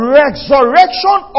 resurrection